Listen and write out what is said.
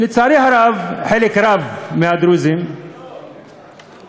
לצערי הרב, חלק רב מהדרוזים אוכלים